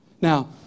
Now